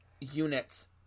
units